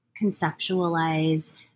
conceptualize